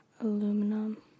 Aluminum